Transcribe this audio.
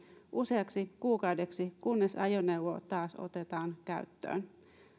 useaksi kuukaudeksi kunnes ajoneuvo taas otetaan käyttöön